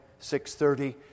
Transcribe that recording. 6.30